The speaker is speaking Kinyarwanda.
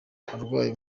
arwaye